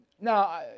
Now